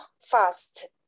fast